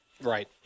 right